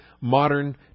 modern